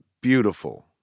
beautiful